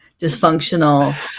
dysfunctional